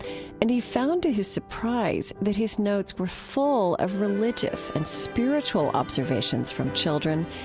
and he found, to his surprise, that his notes were full of religious and spiritual observations from children,